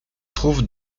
trouvent